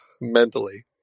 Mentally